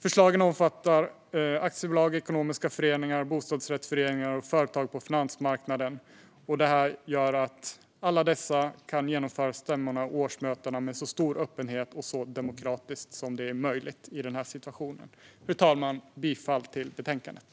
Förslagen omfattar aktiebolag, ekonomiska föreningar, bostadsrättsföreningar och företag på finansmarknaden. Detta gör att de kan genomföra stämmorna och årsmötena med så stor öppenhet och så demokratiskt som är möjligt i denna situation. Fru talman! Jag yrkar bifall till förslaget i betänkandet.